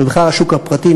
ובכלל השוק הפרטי,